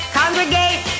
congregate